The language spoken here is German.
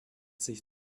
sich